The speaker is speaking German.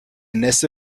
nässe